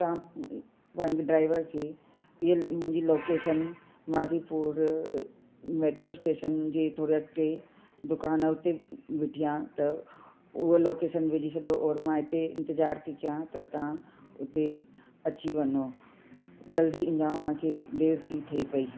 तां पंहिंजे ड्राइवर खे ये मुंहिंजी लोकेशन मादीपुर मेट्रो स्टेशन जे थोरे अॻिते दुकानु हुते ॿिठी आहियां त उहा लोकेशन विझी छॾियो और मां हिते इंतज़ार थी कया त तां उते अची वञो जल्दी इंजाव मूंखे देरि थी थिए पई